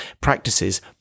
practices